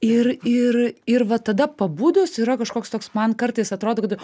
ir ir ir va tada pabudus yra kažkoks toks man kartais atrodo kad